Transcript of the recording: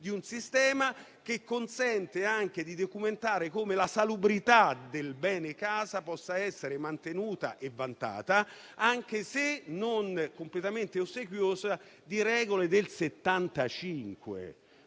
di un sistema che consente anche di documentare come la salubrità del bene casa possa essere mantenuta e vantata, anche se non completamente ossequiosa di regole del 1975;